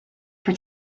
for